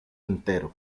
entero